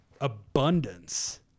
abundance